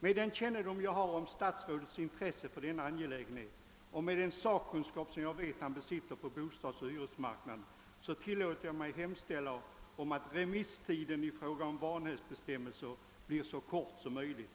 Med den kännedom jag har om statsrådets intresse för denna angelägenhet och hans sakkunskap beträffande bostadsoch hyresmarknaden tillåter jag mig hemställa, att remisstiden i fråga om vanhävdsbestämmelserna blir så kort som möjligt.